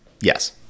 yes